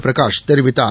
பிரகாஷ் தெரிவித்தார்